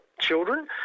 children